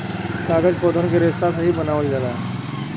कागज पौधन के रेसा से ही बनावल जाला